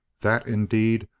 that, indeed,